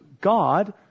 God